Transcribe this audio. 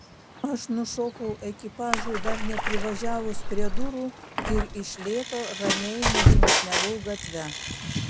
aš nušokau ekipažui dar neprivažiavus prie durų ir iš lėto ramiai nužingsniavau gatve